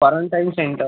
quarantine center